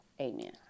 Amen